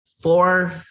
four